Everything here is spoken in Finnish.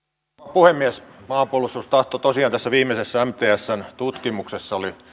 puhemies maanpuolustustahto tosiaan tässä viimeisessä mtsn tutkimuksessa oli